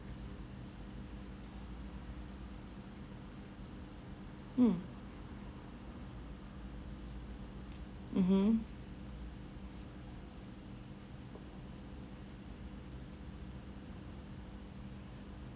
hmm mmhmm